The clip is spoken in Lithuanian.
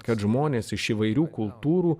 kad žmonės iš įvairių kultūrų